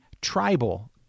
tribal